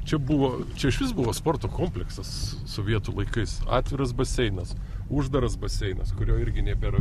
čia buvo čia išvis buvo sporto kompleksas sovietų laikais atviras baseinas uždaras baseinas kurio irgi nebėra